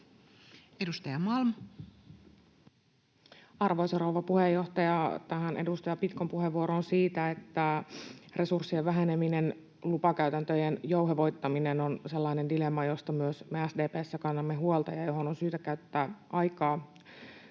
Edustaja Malm. Arvoisa rouva puheenjohtaja! Tähän edustaja Pitkon puheenvuoroon siitä, että resurssien väheneminen, lupakäytäntöjen jouhevoittaminen on sellainen dilemma, josta myös me SDP:ssä kannamme huolta ja johon on syytä käyttää aikaa